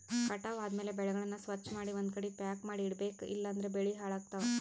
ಕಟಾವ್ ಆದ್ಮ್ಯಾಲ ಬೆಳೆಗಳನ್ನ ಸ್ವಚ್ಛಮಾಡಿ ಒಂದ್ಕಡಿ ಪ್ಯಾಕ್ ಮಾಡಿ ಇಡಬೇಕ್ ಇಲಂದ್ರ ಬೆಳಿ ಹಾಳಾಗ್ತವಾ